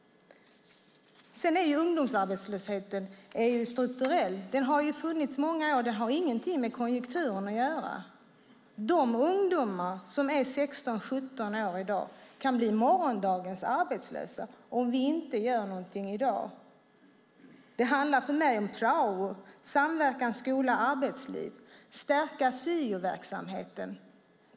Sedan är ju ungdomsarbetslösheten strukturell. Den har funnits i många år och har ingenting med konjunkturen att göra. De ungdomar som är 16-17 år i dag kan bli morgondagens arbetslösa om vi inte gör någonting i dag. Det handlar för mig om prao, samverkan mellan skola och arbetsliv och att stärka syoverksamheten.